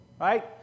right